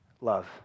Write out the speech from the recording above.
love